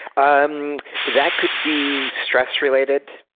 um that could be stress-related.